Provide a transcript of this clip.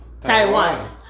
Taiwan